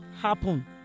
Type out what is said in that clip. happen